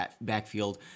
backfield